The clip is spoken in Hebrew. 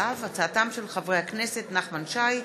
בהצעתם של חברי הכנסת נחמן שי,